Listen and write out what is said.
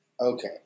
Okay